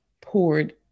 poured